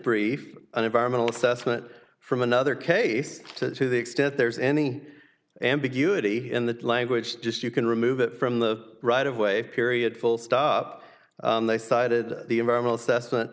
brief an environmental assessment from another case to the extent there's any ambiguity in that language just you can remove it from the right of way period full stop they cited the environmental assessment